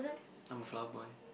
I'm a flower boy